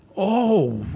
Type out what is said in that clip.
oh,